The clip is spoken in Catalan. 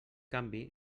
canvi